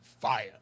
fire